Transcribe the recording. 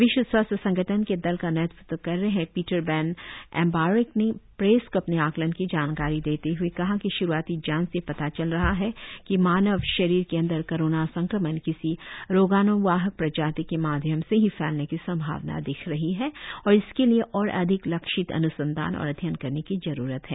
विश्व स्वास्थ्य संगठन के दल का नेतृत्व कर रहे पीटर बैन एम्बारेक ने प्रेस को अपने आकलन की जानकारी देते हए कहा कि श्रूआती जांच से यह पता चल रहा है कि मानव शरीर के अंदर कोरोना संक्रमण किसी रोगाण्वाहक प्रजाति के माध्यम से ही फैलने की सम्भावना दिख रही है और इसके लिए और अधिक लक्षित अन्संधान और अध्ययन करने की जरूरत है